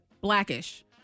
Blackish